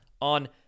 on